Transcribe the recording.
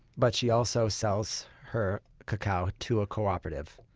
but she also sells her cacao to a cooperative.